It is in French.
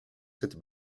cette